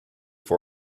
for